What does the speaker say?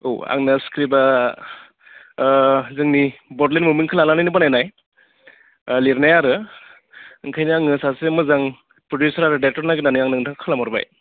औ आंना स्क्रिप्टआ जोंनि बड'लेण्ड मुभमेन्टखौ लानानै बानायनाय लिरनाय आरो ओंखायनो आङो सासे मोजां प्रडिउसार आरो डायरेक्ट'र नागिरनानै आं नोंथांखौ खालाम हरबाय